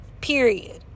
period